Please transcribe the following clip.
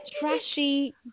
Trashy